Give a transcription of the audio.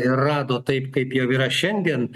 ir rado taip kaip jau yra šiandien